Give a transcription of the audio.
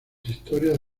historias